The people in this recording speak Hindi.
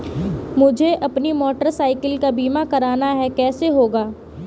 मुझे अपनी मोटर साइकिल का बीमा करना है कैसे होगा?